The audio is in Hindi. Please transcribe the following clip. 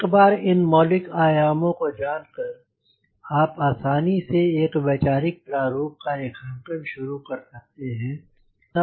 एक बार इन मौलिक आयामों को जान कर आप आसानी से एक वैचारिक प्रारूप का रेखांकन शुरू कर सकते हैं